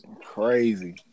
Crazy